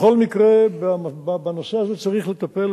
בכל מקרה, בנושא הזה צריך לטפל.